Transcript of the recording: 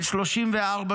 ואיננו,